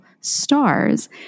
stars